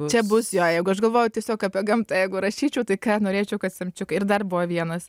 čia bus jo jeigu aš galvoju tiesiog apie gamtą jeigu rašyčiau tai ką norėčiau kad semčiukai ir dar buvo vienas